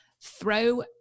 throw